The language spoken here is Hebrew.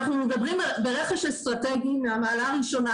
אנחנו מדברים ברכש אסטרטגי מהמעלה הראשונה,